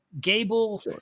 Gable